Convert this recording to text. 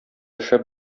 шәп